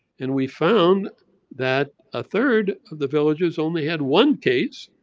and we found that a third of the villages only had one case